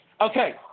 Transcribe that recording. Okay